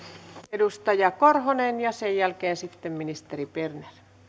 edustaja korhonen ja sen jälkeen sitten ministeri berner